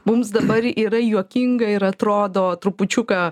mums dabar yra juokinga ir atrodo trupučiuką